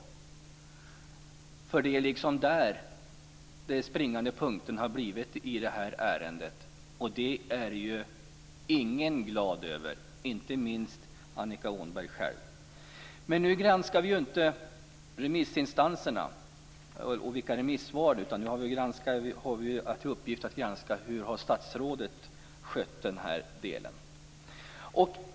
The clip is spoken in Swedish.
Det är det som liksom har blivit den springande punkten i det här ärendet, och det är ju ingen glad över - minst av alla Annika Åhnberg själv. Men nu granskar vi ju inte remissinstanserna och de olika remissvaren. Vi har till uppgift att granska hur statsrådet har skött den här delen.